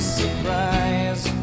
surprise